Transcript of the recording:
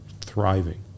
thriving